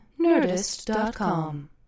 nerdist.com